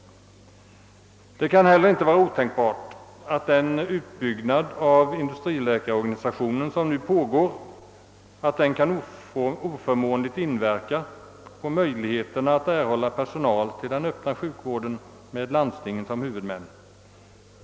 Det kan heller inte vara otänkbart att den utbyggnad av industriläkarorganisationen som nu pågår kan inverka oförmånligt på möjligheterna att erhålla personal till den öppna sjukvården med landsting som huvudmän.